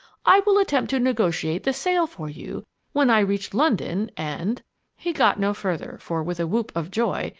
i will attempt to negotiate the sale for you when i reach london and he got no further for, with a whoop of joy,